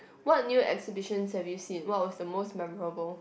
what new exhibitions have you seen what was the most memorable